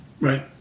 Right